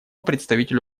представителю